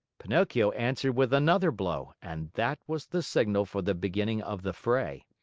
pinocchio answered with another blow, and that was the signal for the beginning of the fray.